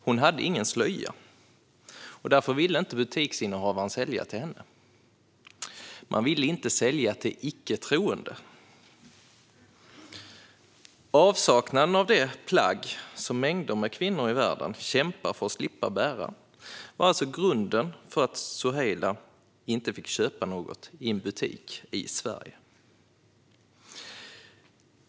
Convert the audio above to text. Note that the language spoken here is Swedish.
Hon hade ingen slöja, och därför ville inte butiksinnehavaren sälja till henne. Man ville inte sälja till icke troende. Avsaknaden av det plagg som mängder av kvinnor i världen kämpar för att slippa bära var alltså grunden för att Soheila inte fick köpa något i en butik i Sverige.